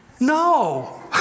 No